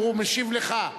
הוא משיב לך,